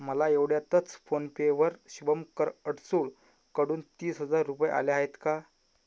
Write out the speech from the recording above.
मला एवढ्यातच फोनपेवर शुभंकर अडसूळकडून तीस हजार रुपये आले आहेत का